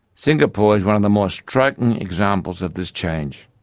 singapore is one of the more striking examples of this change.